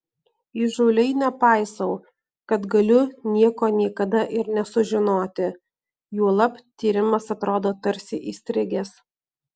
įžūliai nepaisau kad galiu nieko niekada ir nesužinoti juolab tyrimas atrodo tarsi įstrigęs